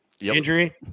Injury